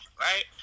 right